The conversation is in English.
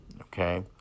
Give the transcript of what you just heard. okay